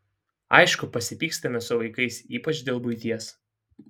aišku pasipykstame su vaikais ypač dėl buities